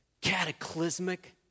cataclysmic